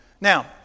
Now